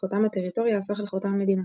חותם הטריטוריה הפך לחותם המדינה.